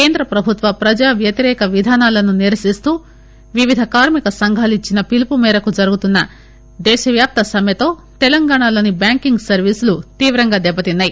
కేంద్ర ప్రభుత్వ ప్రజా వ్యతిరేక విధానాలను నిరసిస్తూ వివిధ కార్మిక సంఘాలు ఇచ్చిన పిలుపు మేరకు జరుగుతున్న దేశ వ్యాప్త సమ్మితో తెలంగాణలోని బ్యాంకింగ్ సర్వీసులు తీవ్రంగా దెట్బతిన్నాయి